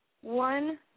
one